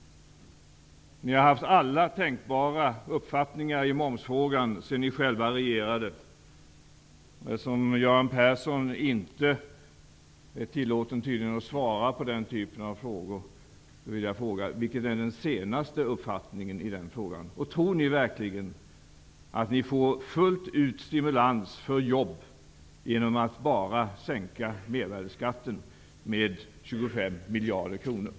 Ni har haft alla tänkbara uppfattningar i momsfrågan, sedan ni själva regerade. Eftersom Göran Persson inte är tillåten att här svara på frågor vänder jag mig till Ingvar Carlsson: Vilken är den senaste uppfattningen på den här punkten? Tror ni verkligen att vi fullt ut får stimulans till jobb genom att bara sänka mervärdesskatten med 25 miljarder kronor?